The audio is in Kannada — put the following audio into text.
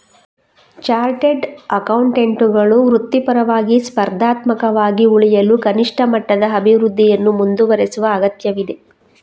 ಚಾರ್ಟರ್ಡ್ ಅಕೌಂಟೆಂಟುಗಳು ವೃತ್ತಿಪರವಾಗಿ, ಸ್ಪರ್ಧಾತ್ಮಕವಾಗಿ ಉಳಿಯಲು ಕನಿಷ್ಠ ಮಟ್ಟದ ಅಭಿವೃದ್ಧಿಯನ್ನು ಮುಂದುವರೆಸುವ ಅಗತ್ಯವಿದೆ